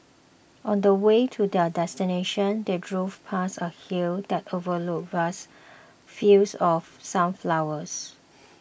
on the way to their destination they drove past a hill that overlooked vast fields of sunflowers